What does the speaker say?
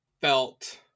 felt